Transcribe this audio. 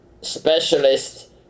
specialist